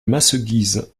masseguisses